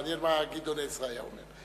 מעניין מה גדעון עזרא היה אומר.